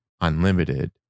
Unlimited